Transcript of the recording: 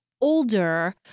older